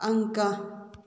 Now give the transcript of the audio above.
ꯑꯪꯀ